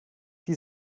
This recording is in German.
die